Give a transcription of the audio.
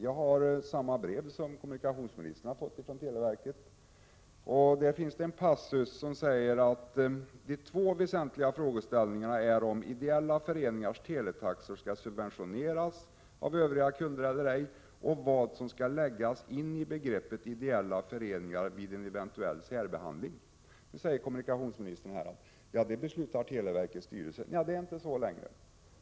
Jag har samma brev som kommunikationsministern fått från televerket. Där finns bl.a. följande passus: ”De två väsentliga frågeställningarna är om ideella föreningars teletaxor skall subventioneras av övriga kunder eller ej och vad som skall läggas in i begreppet ideella föreningar vid en eventuell särbehandling.” Nu säger kommunikationsministern att televerkets styrelse beslutar om detta. Det är inte så längre.